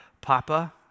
Papa